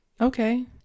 Okay